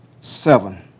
seven